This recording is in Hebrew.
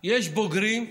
יש בוגרים,